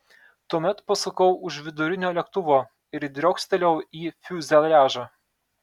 tuomet pasukau už vidurinio lėktuvo ir driokstelėjau į fiuzeliažą